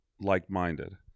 like-minded